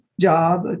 job